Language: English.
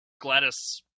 Gladys